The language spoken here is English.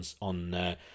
on